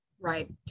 Right